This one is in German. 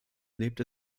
lebt